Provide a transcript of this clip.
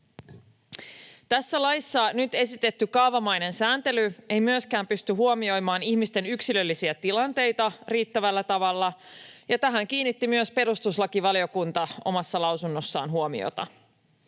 Tässä laissa nyt esitetty kaavamainen sääntely ei myöskään pysty huomioimaan ihmisten yksilöllisiä tilanteita riittävällä tavalla, ja tähän kiinnitti myös perustuslakivaliokunta omassa lausunnossaan huomiota.